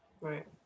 right